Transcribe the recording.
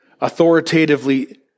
authoritatively